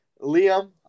Liam